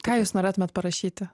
ką jūs norėtumėt parašyti